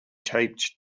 taped